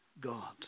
God